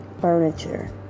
furniture